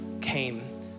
came